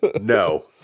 No